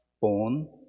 born